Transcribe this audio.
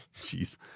Jeez